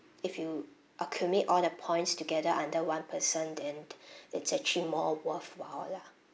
if you accumulate all the points together under one person then it's actually more worthwhile lah